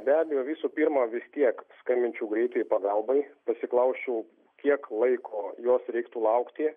be abejo visų pirma vis tiek skambinčiau greitajai pagalbai pasiklausčiau kiek laiko jos reiktų laukti